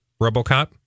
Robocop